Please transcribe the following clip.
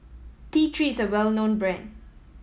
T Three is a well known brand